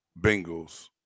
Bengals